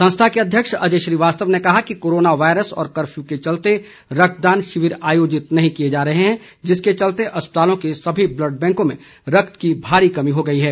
संस्था के अध्यक्ष अजय श्रीवास्तव ने कहा कि कोरोना वायरस व कर्फ्यू के चलते रक्तदान शिविर आयोजित नहीं किए जा रहे हैं जिसके चलते अस्पतालों के सभी ब्लड बैंकों में रक्त की भारी कमी हो गई है